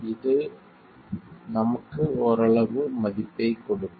எனவே இது நமக்கு ஓரளவு மதிப்பைக் கொடுக்கும்